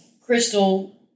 Crystal